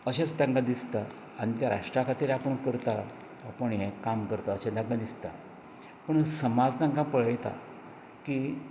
अशेंच तांकां दिसतात आनी त्या राष्ट्रा खातीर आपूण करता आपूण हें करता अशेंच तांकां दिसता पूण समाज तांकां पळयतात की